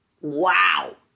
wow